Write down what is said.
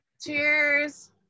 Cheers